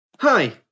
Hi